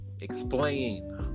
explain